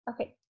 Okay